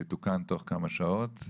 יתוקן בתוך כמה שעות".